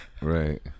right